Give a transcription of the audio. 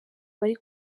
bari